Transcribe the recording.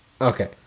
Okay